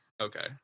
okay